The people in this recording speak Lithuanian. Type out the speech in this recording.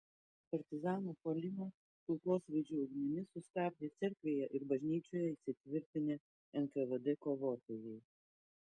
partizanų puolimą kulkosvaidžių ugnimi sustabdė cerkvėje ir bažnyčioje įsitvirtinę nkvd kovotojai